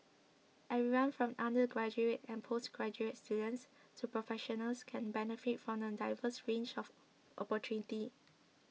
everyone from undergraduate and postgraduate students to professionals can benefit from the diverse range of opportunities